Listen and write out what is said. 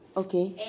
okay